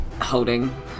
holding